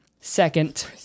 Second